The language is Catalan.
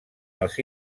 els